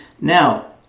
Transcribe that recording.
Now